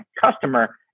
customer